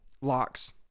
Locks